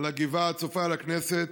על הגבעה הצופה לכנסת,